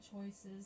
choices